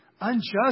unjust